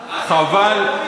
חבל,